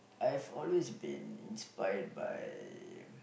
I've always been inspired by